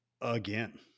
again